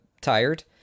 tired